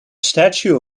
statue